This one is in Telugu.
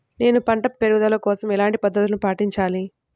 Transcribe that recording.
నేను పంట పెరుగుదల కోసం ఎలాంటి పద్దతులను పాటించాలి?